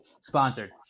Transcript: Sponsored